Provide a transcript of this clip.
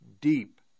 deep